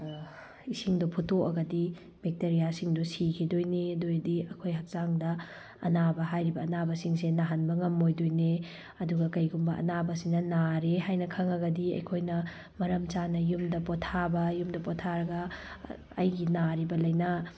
ꯏꯁꯤꯡꯗꯣ ꯐꯨꯠꯇꯣꯛꯒꯗꯤ ꯕꯦꯛꯇꯔꯤꯌꯥ ꯁꯤꯡꯗꯣ ꯁꯤꯈꯤꯗꯣꯏꯅꯦ ꯑꯗꯨ ꯑꯣꯏꯔꯗꯤ ꯑꯩꯈꯣꯏ ꯍꯛꯆꯥꯡꯗ ꯑꯅꯥꯕ ꯍꯥꯏꯔꯤꯕ ꯑꯅꯥꯕ ꯁꯤꯡꯁꯦ ꯅꯥꯍꯟꯕ ꯉꯝꯃꯣꯏꯗꯣꯏꯅꯦ ꯑꯗꯨꯒ ꯀꯔꯤꯒꯨꯝꯕ ꯑꯅꯥꯕꯁꯤꯅ ꯅꯥꯔꯦ ꯍꯥꯏꯅ ꯈꯪꯉꯥꯒꯗꯤ ꯑꯩꯈꯣꯏꯅ ꯃꯔꯝ ꯆꯥꯅ ꯌꯨꯝꯗ ꯄꯣꯊꯥꯕ ꯌꯨꯝꯗ ꯄꯣꯊꯥꯔꯒ ꯑꯩꯒꯤ ꯅꯥꯔꯤꯕ ꯂꯩꯅꯥ